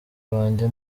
banjye